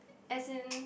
as in